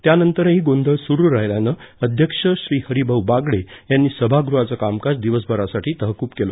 त्यानंतरही गोंधळ सुरू राहिल्यानं अध्यक्ष श्री हरिभाऊ बागडे यांनी सभागृहाचं कामकाज दिवसभरासाठी तहकूब केलं